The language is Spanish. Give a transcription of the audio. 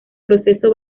proceso